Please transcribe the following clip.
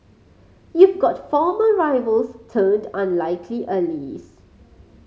you've got former rivals turned unlikely